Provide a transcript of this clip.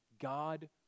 God